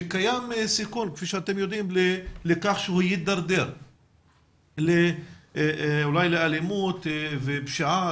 כאשר קיים סיכון שהוא יידרדר אולי לאלימות ופשיעה